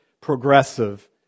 progressive